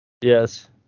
Yes